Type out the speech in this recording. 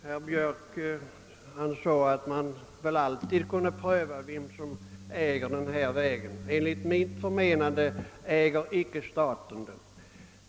Herr talman! Herr Björk sade att man väl alltid kunde pröva vem som äger denna väg. Enligt mitt förmenande äger icke staten vägen.